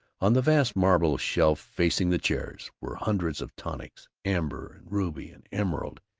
on the vast marble shelf facing the chairs were hundreds of tonics, amber and ruby and emerald.